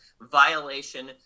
violation